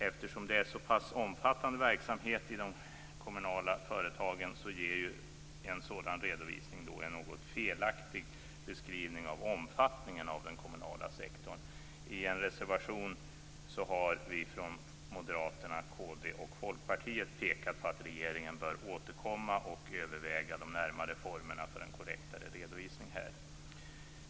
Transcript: Eftersom det är så pass omfattande verksamhet i de kommunala företagen blir en sådan redovisning en något felaktig beskrivning av omfattningen av den kommunala sektorn. I en reservation har vi från Moderaterna, kd och Folkpartiet pekat på att regeringen bör återkomma och överväga de närmare formerna för en korrektare redovisning här.